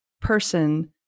person